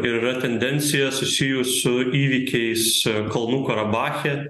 ir yra tendencija susijus su įvykiais kalnų karabache